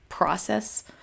Process